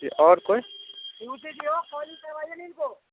जी आओर कोइ